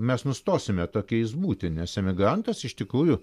mes nustosime tokiais būti nes emigrantas iš tikrųjų